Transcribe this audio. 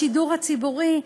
לשידור הציבורי,